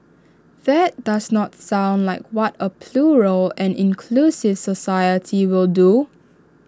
that does not sound like what A plural and inclusive society will do